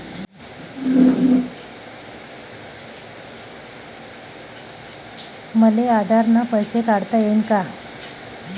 मले आधार न पैसे काढता येईन का?